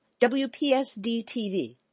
WPSD-TV